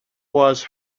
was